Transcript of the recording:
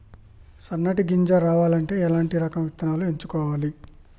సన్నటి గింజ రావాలి అంటే ఎలాంటి రకం విత్తనాలు ఎంచుకోవాలి?